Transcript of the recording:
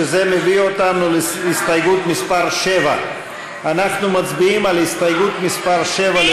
שזה מביא אותנו להסתייגות מס' 7. אנחנו מצביעים על הסתייגות מס' 7,